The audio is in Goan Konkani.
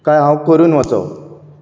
कांय हांव करून वचो